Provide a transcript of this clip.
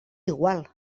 igual